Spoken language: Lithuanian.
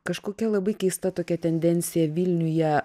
kažkokia labai keista tokia tendencija vilniuje